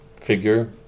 figure